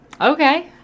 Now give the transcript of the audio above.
Okay